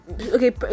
okay